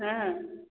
हाँ